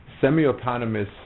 semi-autonomous